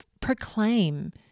Proclaim